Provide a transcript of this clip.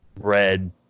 red